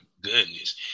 goodness